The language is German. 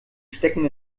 stecken